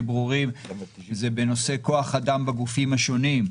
ברורים זה בנושא כוח אדם בגופים השונים.